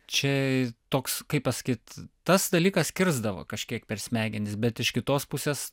čia toks kaip pasakyt tas dalykas kirsdavo kažkiek per smegenis bet iš kitos pusės